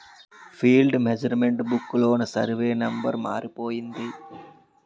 field measurement book లోన survey number మారిపోయింది